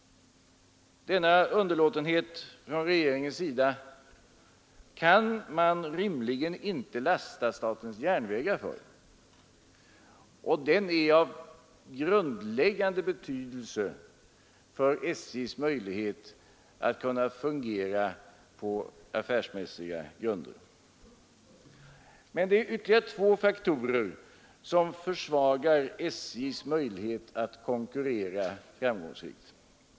Denna underlåtenhet från regeringens sida kan man rimligen inte lasta statens järnvägar för. Den är också av grundläggande betydelse för statens järnvägars möjlighet att kunna fungera på affärsmässiga grunder. Men det är ytterligare två faktorer som försvagar statens järnvägars möjlighet att konkurrera framgångsrikt.